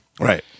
Right